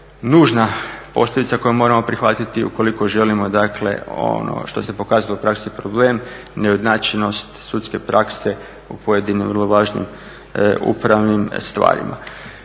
nužna posljedica koju moramo prihvatiti ukoliko želimo dakle ono što se pokazalo u praksi problem neujednačenost sudske prakse u pojedinim vrlo važnim upravnim stvarima.